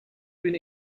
been